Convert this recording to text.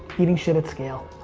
eating shit at scale.